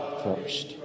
first